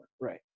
Right